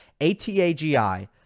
ATAGI